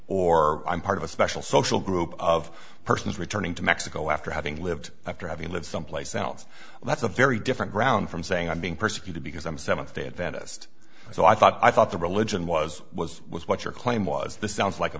or i'm part of a special social group of persons returning to mexico after having lived after having lived someplace else that's a very different ground from saying i'm being persecuted because i'm seventh day adventist so i thought i thought the religion was was was what your claim was this sounds like a